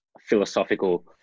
philosophical